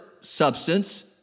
substance